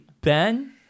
ben